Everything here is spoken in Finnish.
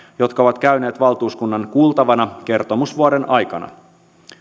jotka ovat käyneet valtuuskunnan kuultavana kertomusvuoden aikana